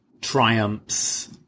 triumphs